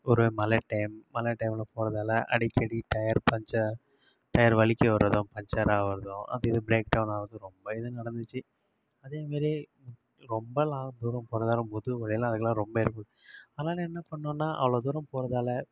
ஒரே மழை டைம் மழை டைமில் போகிறதால அடிக்கடி டயர் பஞ்சர் டயர் வழுக்கி விடுறதும் பஞ்சர் ஆகிறதும் அப்படி இல்லை ப்ரேக் டவுன் ஆகிறது ரொம்ப இது நடந்துச்சு அதேமாரி ரொம்ப லாங் தூரம் போகிறதால முதுகுவலி எல்லாம் எனக்குலாம் ரொம்ப இருக்கு அதனால என்ன பண்ணோம்னா அவ்வளோ தூரம் போகிறதால